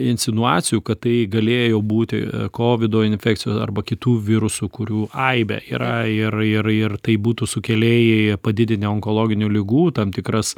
insinuacijų kad tai galėjo būti kovido infekcijos arba kitų virusų kurių aibė yra ir ir ir tai būtų sukėlėjai padidinę onkologinių ligų tam tikras